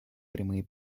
прямые